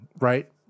right